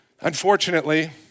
Unfortunately